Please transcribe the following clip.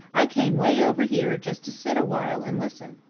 i came way over here just to sit a while and listen.